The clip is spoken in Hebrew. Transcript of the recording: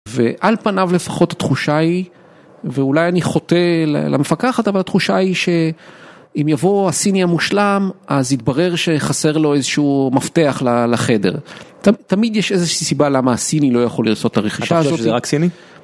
ועל פניו לפחות התחושה היא, ואולי אני חוטא למפקחת, אבל התחושה היא שאם יבוא הסיני המושלם, אז יתברר שיחסר לו איזשהו מפתח לחדר. תמיד יש איזושהי סיבה למה הסיני לא יכול לרשות את הרכישה שלו. אתה חושב שזה רק סיני?